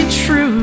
true